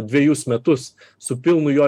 dvejus metus su pilnu jo